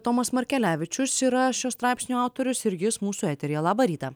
tomas markelevičius yra šio straipsnio autorius ir jis mūsų eteryje labą rytą